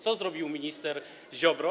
Co zrobił minister Ziobro?